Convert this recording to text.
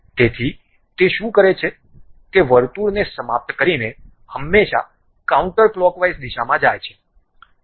તેથી તે શું કરે છે તે વર્તુળને સમાપ્ત કરીને હંમેશાં કાઉન્ટરક્લોકવાઇઝ દિશામાં જાય છે